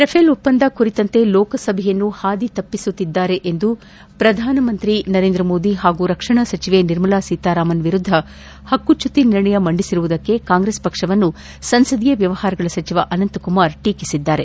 Rafael ಒಪ್ಪಂದ ಕುರಿತಂತೆ ಲೋಕಸಭೆಯನ್ನು ದಾರಿತಪ್ಪಿಸುತ್ತಿದ್ದಾರೆಂದು ಪ್ರಧಾನಮಂತ್ರಿ ನರೇಂದ್ರಮೋದಿ ಹಾಗೂ ರಕ್ಷಣಾ ಸಚಿವೆ ನಿರ್ಮಲಾ ಸೀತಾರಾಮನ್ ವಿರುದ್ದ ಪಕ್ಕುಚ್ಯುತಿ ನಿರ್ಣಯ ಮಂಡಿಸಿರುವುದಕ್ಕೆ ಕಾಂಗ್ರೆಸ್ ಪಕ್ಷವನ್ನು ಸಂಸದೀಯ ವ್ಯವಹಾರಗಳ ಸಚಿವ ಅನಂತ ಕುಮಾರ್ ಟೀಕಿಸಿದ್ದಾರೆ